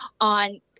On